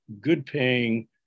good-paying